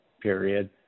period